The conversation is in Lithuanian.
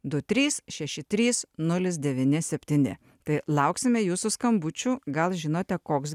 du trys šeši trys nulis devyni septyni tai lauksime jūsų skambučių gal žinote koks